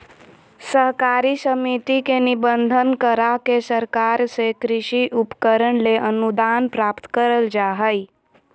सहकारी समिति के निबंधन, करा के सरकार से कृषि उपकरण ले अनुदान प्राप्त करल जा हई